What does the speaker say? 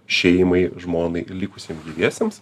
šeimai žmonai likusiem gyviesiems